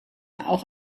auch